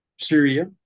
Syria